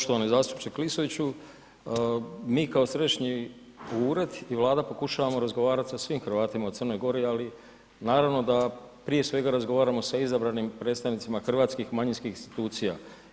Poštovani zastupniče Klisoviću, mi kao središnji ured i Vlada pokušavamo razgovarati sa svim Hrvatima u Crnoj Gori ali naravno da prije svega razgovaramo sa izabranim predstavnicima hrvatskih manjinskih institucija.